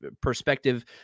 perspective